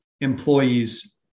employees